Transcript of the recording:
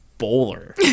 bowler